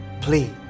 Please